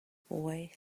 boy